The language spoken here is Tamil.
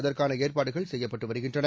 அதற்கான ஏற்பாடுகள் செய்யப்பட்டு வருகின்றன